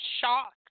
shocked